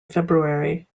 february